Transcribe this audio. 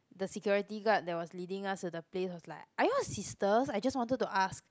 the security guard that was leading us to the place was like are you all sisters I just wanted to ask